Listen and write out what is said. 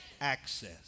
access